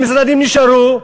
המשרדים נשארו,